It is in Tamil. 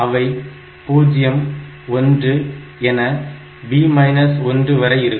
அவை 0 1 என b 1 வரை இருக்கும்